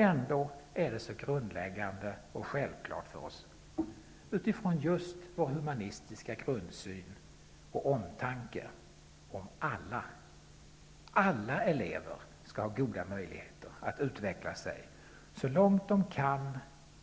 Ändå är det så grundläggande och självklart för oss -- utifrån just vår humanistiska grundsyn och omtanke om alla -- att alla elever skall ha goda möjligheter att utvecklas så långt de kan,